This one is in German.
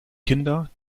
kinder